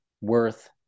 worth